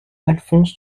alphonse